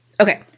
Okay